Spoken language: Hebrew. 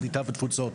הקליטה והתפוצות.